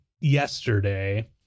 yesterday